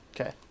Okay